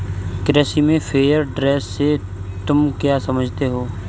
कृषि में fair trade से तुम क्या समझते हो?